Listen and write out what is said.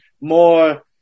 more